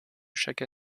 chaque